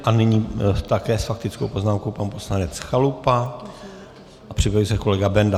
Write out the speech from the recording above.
A nyní taktéž s faktickou poznámkou pan poslanec Chalupa a připraví se pan kolega Benda.